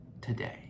today